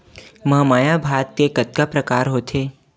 महमाया भात के कतका प्रकार होथे?